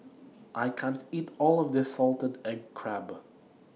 I can't eat All of This Salted Egg Crab